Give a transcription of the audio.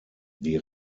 die